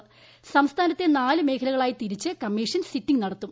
സുഎസ്ഥാനത്തെ നാലു മേഖലകളായി തിരിച്ച് കമ്മീഷൻ സിറ്റിംഗ് ന്ടുത്തും